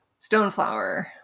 Stoneflower